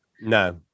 No